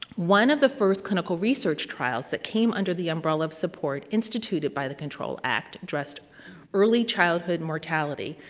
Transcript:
one of the first clinical research trials that came under the umbrella of support, instituted by the control act, addressed early childhood mortality,